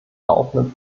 laufenden